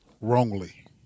wrongly